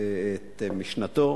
את משנתו,